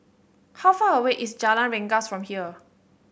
how far away is Jalan Rengas from here